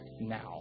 now